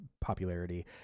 popularity